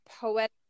poetic